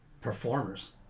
performers